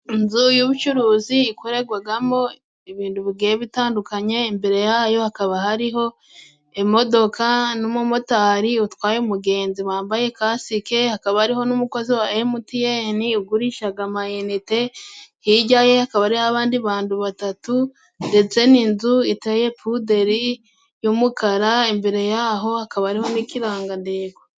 Inzu y'ubucuruzi ikorerwamo ibintu bigiye bitandukanye imbere yayo hakaba hariho imodoka n'umumotari utwaye umugenzi wambaye kasike. Hakaba hariho n'umukozi wa MTN ugurisha amayinite, hirya ye hakaba hariho abandi bantu batatu ndetse n'inzu iteye puderi y'umukara imbere yaho hakaba hariho n'ikirangantego.